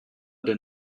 der